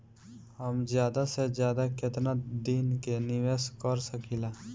हम ज्यदा से ज्यदा केतना दिन के निवेश कर सकिला?